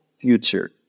future